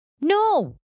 no